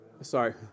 Sorry